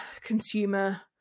consumer